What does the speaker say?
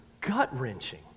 gut-wrenching